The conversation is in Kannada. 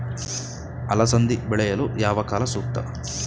ಅಲಸಂದಿ ಬೆಳೆಯಲು ಯಾವ ಕಾಲ ಸೂಕ್ತ?